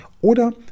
oder